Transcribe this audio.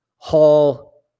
hall